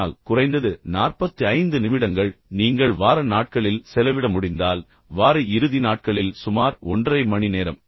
ஆனால் குறைந்தது 45 நிமிடங்கள் நீங்கள் வார நாட்களில் செலவிட முடிந்தால் வார இறுதி நாட்களில் சுமார் ஒன்றரை மணி நேரம்